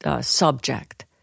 Subject